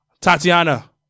Tatiana